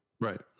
Right